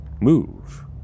move